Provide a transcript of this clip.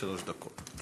שלוש דקות.